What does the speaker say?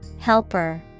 Helper